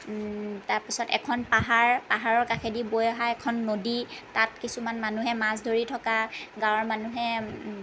তাৰ পিছত এখন পাহাৰ পাহাৰৰ কাষেদি বৈ অহা এখন নদী তাত কিছুমান মানুহে মাছ ধৰি থকা গাঁৱৰ মানুহে